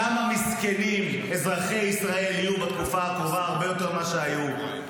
כמה מסכנים אזרחי ישראל יהיו בתקופה הקרובה הרבה יותר ממה שהיו.